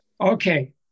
Okay